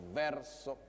verso